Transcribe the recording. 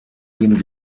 ihm